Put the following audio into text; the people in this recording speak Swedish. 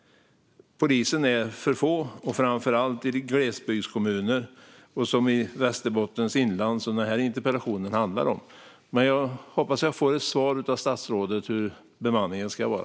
Poliserna är för få, framför allt i glesbygdskommuner och i Västerbottens inland, som den här interpellationen handlar om. Men jag hoppas att jag får ett svar av statsrådet på hur bemanningen där ska vara.